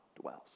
dwells